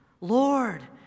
Lord